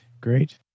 great